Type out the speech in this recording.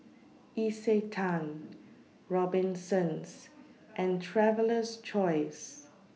Isetan Robinsons and Traveler's Choice